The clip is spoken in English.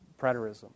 preterism